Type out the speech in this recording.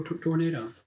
tornado